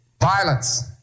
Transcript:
violence